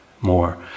more